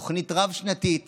תוכנית רב-שנתית